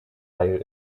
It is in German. heil